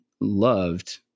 loved